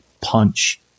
punch